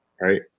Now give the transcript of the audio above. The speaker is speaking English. right